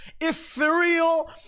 Ethereal